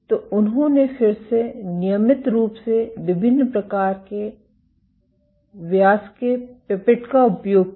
तो उन्होंने फिर ये नियमित रूप से विभिन्न प्रकार के व्यास के पिपेट का उपयोग किया